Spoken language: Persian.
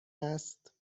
است